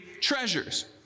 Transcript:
treasures